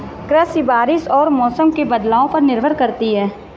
कृषि बारिश और मौसम के बदलाव पर निर्भर करती है